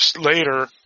later